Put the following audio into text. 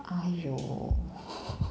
!aiyo!